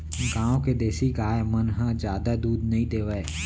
गॉँव के देसी गाय मन ह जादा दूद नइ देवय